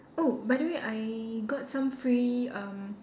oh by the way I got some free um